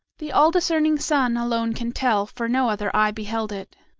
the all-discerning sun alone can tell, for no other eye beheld it.